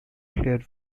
clear